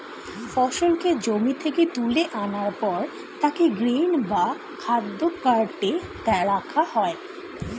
ফসলকে জমি থেকে তুলে আনার পর তাকে গ্রেন বা খাদ্য কার্টে রাখা হয়